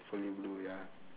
fully blue ya